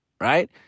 Right